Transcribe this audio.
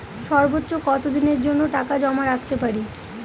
সর্বোচ্চ কত দিনের জন্য টাকা জমা রাখতে পারি?